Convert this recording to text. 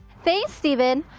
thanks stephen.